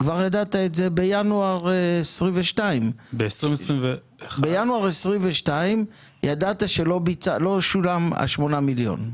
כבר ידעת את זה בינואר 22'. בינואר 22' ידעת שלא שולם השמונה מיליון.